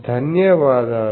ధన్యవాదాలు